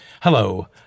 Hello